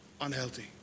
unhealthy